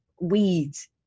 weeds